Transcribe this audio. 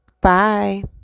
Bye